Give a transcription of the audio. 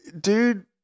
dude